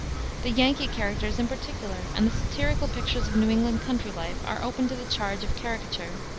the yankee characters, in particular, and the satirical pictures of new england country life are open to the charge of caricature.